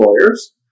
lawyers